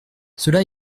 cela